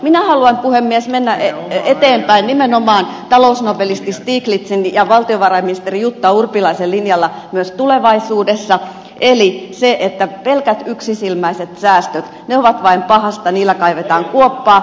minä haluan puhemies mennä eteenpäin nimenomaan talousnobelisti stiglitzin ja valtiovarainministeri jutta urpilaisen linjalla myös tulevaisuudessa eli pelkät yksisilmäiset säästöt ovat vain pahasta niillä kaivetaan kuoppaa